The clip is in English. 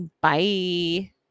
Bye